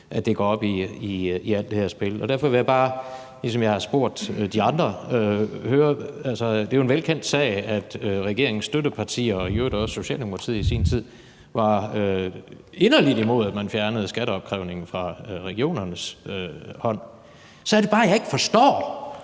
at det går op i alt det her spil. Derfor vil jeg bare spørge om det samme, som jeg har spurgt de andre om. Det er jo en velkendt sag, at regeringens støttepartier og i øvrigt også Socialdemokratiet i sin tid var inderligt imod, at man fjernede skatteopkrævningen fra regionernes hånd, og så er det bare, jeg ikke forstår,